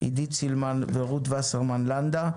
עידית סילמן ורות וסרמן לנדה.